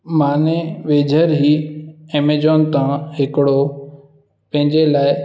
मां वेझर ई एमेजोन हितां हिकिड़ो पंहिंजे लाइ